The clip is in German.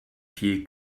viel